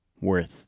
worth